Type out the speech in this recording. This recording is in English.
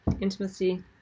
intimacy